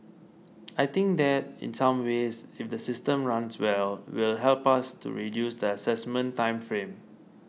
I think that in some ways if the system runs well will help us to reduce the assessment time frame